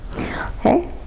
Okay